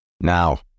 Now